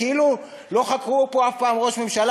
כאילו לא חקרו פה אף פעם ראש ממשלה.